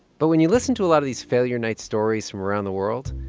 but when you listen to a lot of these failure night stories from around the world,